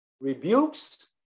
Rebukes